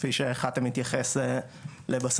לא מפריע לך?